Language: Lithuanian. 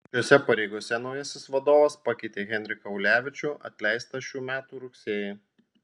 šiose pareigose naujasis vadovas pakeitė henriką ulevičių atleistą šių metų rugsėjį